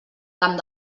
camp